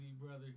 brother